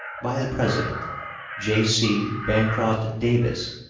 by the president j c. bancroft davis,